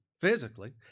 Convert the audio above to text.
Physically